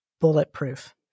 bulletproof